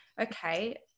okay